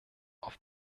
auf